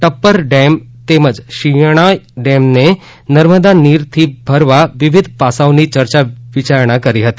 Tappar dam તેમજ શિણાય ડેમને નર્મદા નીરથી ભરવા વિવિધ પાસાંઓની ચર્ચા વિચારણા કરી હતી